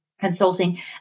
consulting